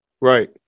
Right